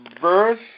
verse